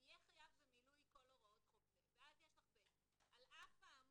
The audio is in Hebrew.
כן, אבל תלוי איך את מסתכלת על זה,